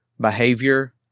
Behavior